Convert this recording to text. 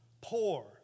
poor